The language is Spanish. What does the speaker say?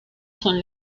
son